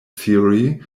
theory